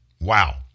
Wow